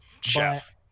Chef